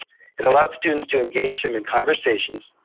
it allowed students to engage him in conversations,